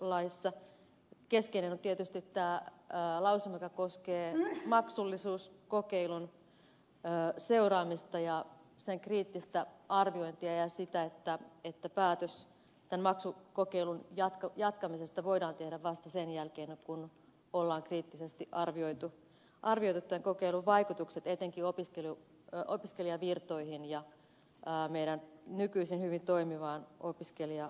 keskeinen on tietysti tämä lausuma joka koskee maksullisuuskokeilun seuraamista ja sen kriittistä arviointia ja sitä että päätös maksukokeilun jatkamisesta voidaan tehdä vasta sen jälkeen kun on kriittisesti arvioitu kokeilun vaikutukset etenkin opiskelijavirtoihin ja meidän nykyisin hyvin toimivaan opiskelijavaihtoomme